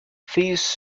these